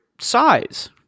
size